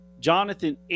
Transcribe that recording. Jonathan